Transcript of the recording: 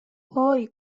هوی